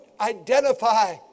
Identify